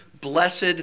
blessed